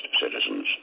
citizens